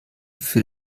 für